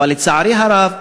אבל, לצערי הרב,